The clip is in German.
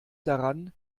daran